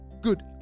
good